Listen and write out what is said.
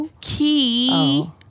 Key